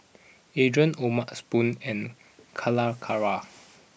Andre O'ma spoon and Calacara